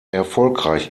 erfolgreich